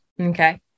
Okay